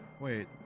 Wait